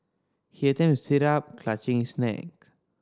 he attempts to sit up clutching his neck